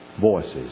voices